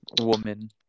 Woman